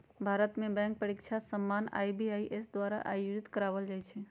भारत में बैंक परीकछा सामान्य आई.बी.पी.एस द्वारा आयोजित करवायल जाइ छइ